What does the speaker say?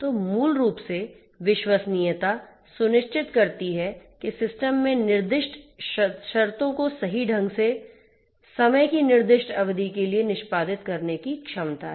तो मूल रूप से विश्वसनीयता सुनिश्चित करती है कि सिस्टम में निर्दिष्ट शर्तों को सही ढंग से समय की निर्दिष्ट अवधि के लिए निष्पादित करने की क्षमता है